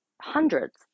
hundreds